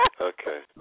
Okay